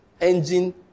engine